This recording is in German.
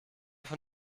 von